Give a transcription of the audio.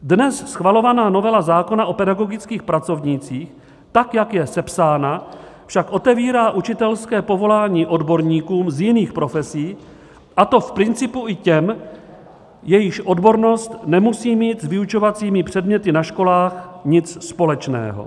Dnes schvalovaná novela zákona o pedagogických pracovnících, tak jak sepsána, však otevírá učitelské povolání odborníkům z jiných profesí, a to v principu i těm, jejichž odbornost nemusí mít s vyučovacími předměty na školách nic společného.